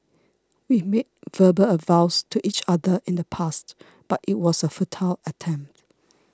we made verbal vows to each other in the past but it was a futile attempt